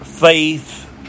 faith